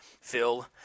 Phil